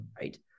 right